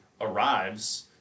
arrives